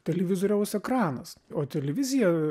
televizoriaus ekranas o televizija